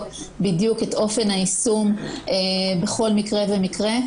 בדיוק את אופן היישום בכל מקרה ומקרה.